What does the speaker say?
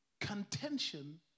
contention